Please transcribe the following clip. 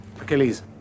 Achilles